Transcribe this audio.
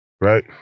Right